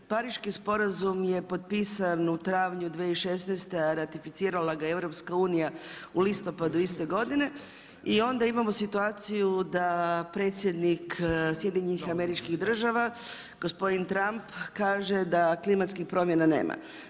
Pariški sporazum je potpisan u travnju 2016. a ratificirala ga je EU u listopadu iste godine i onda imamo situaciju da predsjednik SAD-a, gospodin Trump kaže da klimatskih promjena nema.